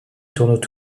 tournent